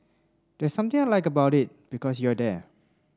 there's something I like about it because you're there